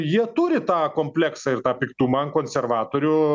jie turi tą kompleksą ir tą piktumą ant konservatorių